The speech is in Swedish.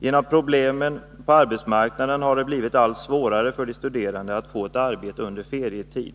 Genom problemen på arbetsmarknaden har det blivit allt svårare för de studerande att få ett arbete under ferietid